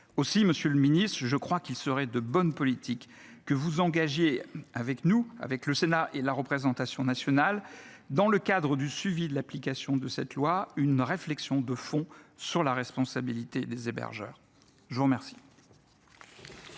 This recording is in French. Aussi, monsieur le ministre, je crois qu’il serait de bonne politique que vous engagiez, avec la représentation nationale, dans le cadre du suivi de l’application de cette loi, une réflexion de fond sur la responsabilité des hébergeurs. La parole